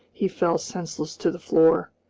he fell senseless to the floor.